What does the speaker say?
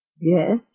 Yes